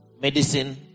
medicine